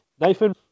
Nathan